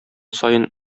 саен